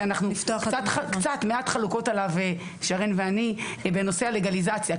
שאנחנו קצת חלוקות עליו שרן ואני בנושא הלגליזציה,